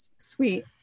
Sweet